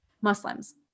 Muslims